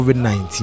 COVID-19